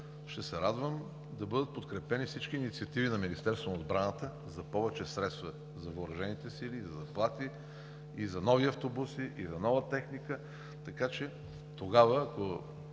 Ще се радвам да бъдат подкрепени всички инициативи на Министерството на отбраната за повече средства за Въоръжените сили, за заплати, за нови автобуси и за нова техника. Така че тогава, ако